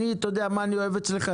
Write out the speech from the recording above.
אתה יודע מה אני אוהב אצלך?